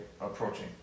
approaching